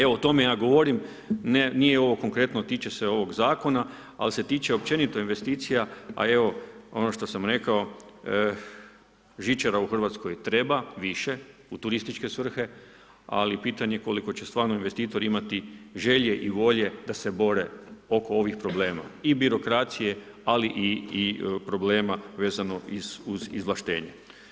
Evo o tome ja govorim, nije ovo konkretno, tiče se ovog zakona ali se tiče općenito investicija a evo, ono što sam rekao, žičara u Hrvatskoj treba više u turističke svrhe ali pitanje koliko će stvarno investitori imati želje i volje da se bore oko ovih problema i birokracije ali i problema uz izvlaštenje.